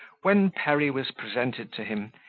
when perry was presented to him,